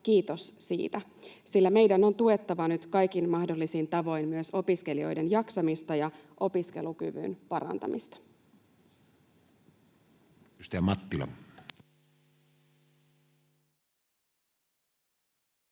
Kiitos siitä, sillä meidän on tuettava nyt kaikin mahdollisin tavoin myös opiskelijoiden jaksamista ja opiskelukyvyn parantamista. Edustaja